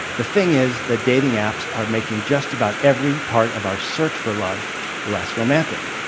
the thing is that dating apps are making just about every part of our search for love less romantic.